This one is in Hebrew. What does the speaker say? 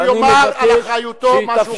הוא יאמר על אחריותו מה שהוא רוצה.